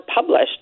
published